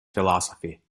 philosophy